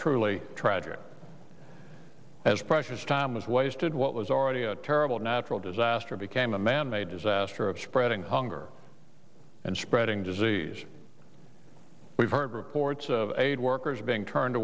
truly tragic as precious time was wasted what was already a terrible natural disaster became a manmade disaster of spreading hunger and spreading disease we've heard reports of aid workers being turned